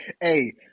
Hey